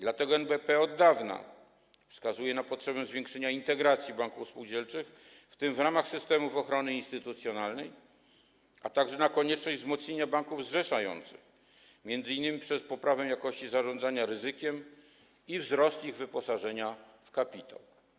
Dlatego NBP od dawna wskazuje na potrzebę zwiększenia integracji banków spółdzielczych, w tym w ramach systemów ochrony instytucjonalnej, a także na konieczność wzmocnienia banków zrzeszających, m.in. przez poprawę jakości zarządzania ryzykiem i wzrost ich wyposażenia w kapitał.